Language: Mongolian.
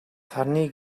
сарны